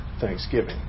thanksgiving